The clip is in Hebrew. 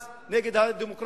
אז נגד הדמוקרטיה,